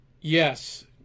Yes